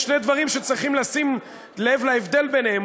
יש שני דברים שצריך לשים לב להבדל ביניהם.